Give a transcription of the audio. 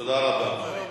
תודה רבה.